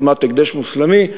אדמת הקדש מוסלמי,